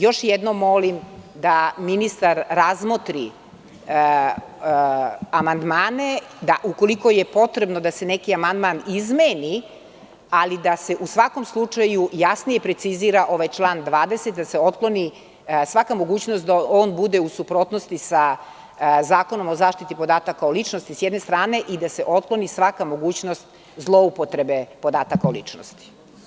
Još jednom molim da ministar razmotri amandmane i ukoliko je potrebno da se neki amandman izmeni, ali da se u svakom slučaju jasnije precizira ovaj član 20, da se otkloni svaka mogućnost da on bude u suprotnosti sa Zakonom o zašiti podataka o ličnosti, s jedne strane, i da se otkloni svaka mogućnost zloupotrebe podataka o ličnosti.